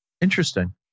Interesting